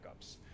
backups